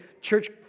church